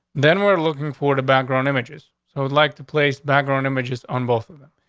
then we're looking forward about grown images, so i would like to place background images on both of them.